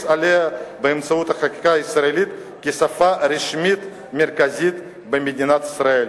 עליה באמצעות החקיקה הישראלית כשפה הרשמית המרכזית במדינת ישראל.